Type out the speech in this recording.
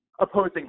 opposing